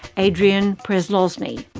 adrian przelozny.